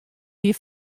wie